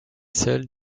seul